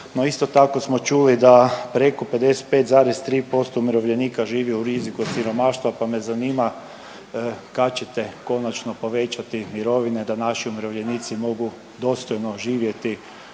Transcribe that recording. no isto tako smo čuli da preko 55,3% umirovljenika živi u riziku od siromaštva pa me zanima kad ćete konačno povećati mirovine da naši umirovljenici mogu dostojno živjeti